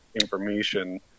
information